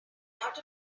not